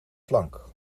flank